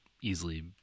easily